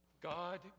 God